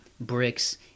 Bricks